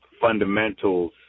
fundamentals